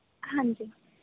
ਹਾਂਜੀ